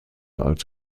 als